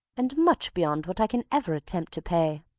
and much beyond what i can ever attempt to pay.